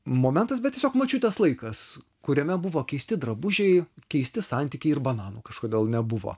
momentas bet tiesiog močiutės laikas kuriame buvo keisti drabužiai keisti santykiai ir bananų kažkodėl nebuvo